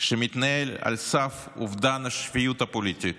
שמתנהל על סף אובדן השפיות הפוליטית,